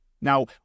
Now